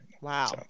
Wow